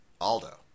Aldo